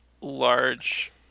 large